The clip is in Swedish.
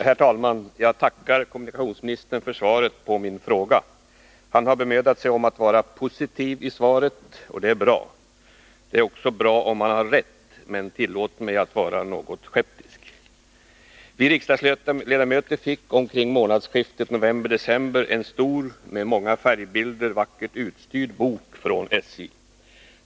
Herr talman! Jag tackar kommunikationsministern för svaret på min fråga. Han har bemödat sig att vara positiv i svaret, och det är bra. Det är också bra om han har rätt, men tillåt mig att vara något skeptisk. Vi riksdagsledamöter fick omkring månadsskiftet november-december en stor, med många färgbilder vackert utstyrd bok från SJ.